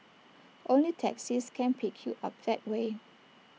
only taxis can pick you up that way